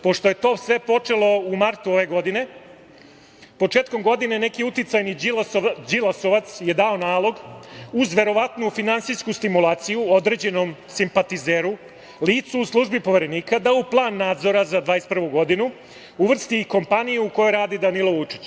Pošto je to sve to počelo u martu ove godine, početkom godine neki uticajni đilasovac je dao nalog, uz verovatnu finansijsku stimulaciju određenom simpatizeru, licu u službi Poverenika, da u plan nadzora za 2021. godinu uvrsti i kompaniju u kojoj radi Danilo Vučić.